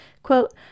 Quote